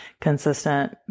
consistent